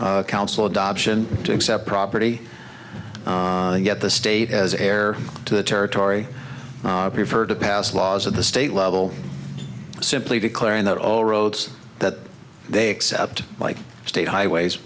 council adoption to accept property get the state as heir to the territory preferred to pass laws at the state level simply declaring that all roads that they accept like state highways